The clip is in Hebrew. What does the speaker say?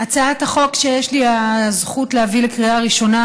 הצעת החוק שיש לי הזכות להביא לקריאה ראשונה